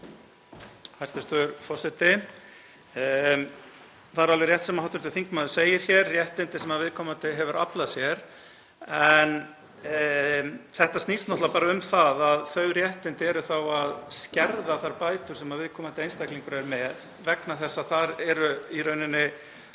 Það er alveg rétt sem hv. þingmaður segir hér, þetta eru réttindi sem viðkomandi hefur aflað sér. En þetta snýst náttúrlega um það að þau réttindi eru þá að skerða þær bætur sem viðkomandi einstaklingur er með vegna þess að þar eru í rauninni